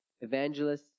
evangelists